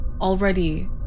already